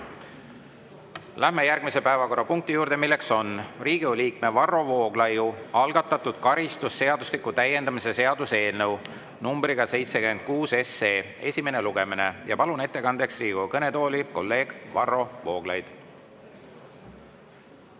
Läheme järgmise päevakorrapunkti juurde, milleks on Riigikogu liikme Varro Vooglaiu algatatud karistusseadustiku täiendamise seaduse eelnõu numbriga 76 esimene lugemine. Palun ettekandeks Riigikogu kõnetooli kolleeg Varro Vooglaiu.